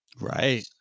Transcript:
Right